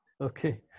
Okay